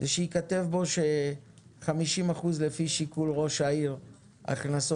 שייכתב בו ש-50% לפי שיקול ראש העיר הכנסות